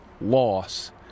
loss